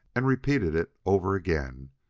and repeated it over again,